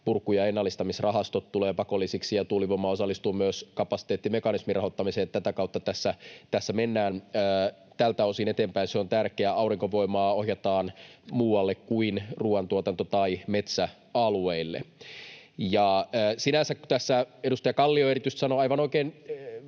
purku- ja ennallistamisrahastot tulevat pakollisiksi ja tuulivoima osallistuu myös kapasiteettimekanismin rahoittamiseen. Tätä kautta tässä mennään tältä osin eteenpäin, se on tärkeää. Aurinkovoimaa ohjataan muualle kuin ruuantuotanto- tai metsäalueille. Ja kun tässä edustaja Kallio erityisesti sanoi, aivan oikein,